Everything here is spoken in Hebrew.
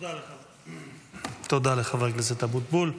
תודה לחבר הכנסת אבוטבול.